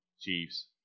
Chiefs